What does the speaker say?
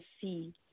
see